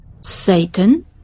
Satan